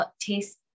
taste